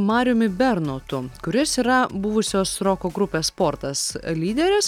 marijumi bernotu kuris yra buvusios roko grupės sportas lyderis